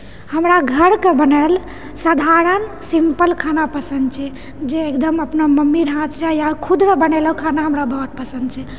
हमरा घरके बनायल साधारण सिम्पल खाना पसन्द छै जे एकदम अपना मम्मी रऽ हाथ रऽ या खुद रऽ बनायल खाना हमरा बहुत पसन्द छै